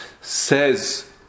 says